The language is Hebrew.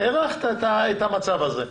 הארכת את המצב הזה.